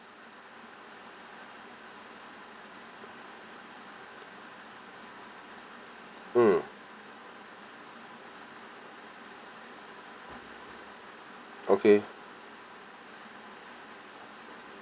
mm okay